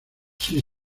sea